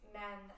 men